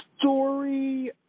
story